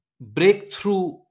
breakthrough